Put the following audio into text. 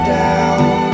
down